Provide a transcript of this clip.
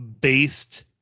based